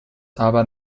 aber